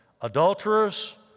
adulterers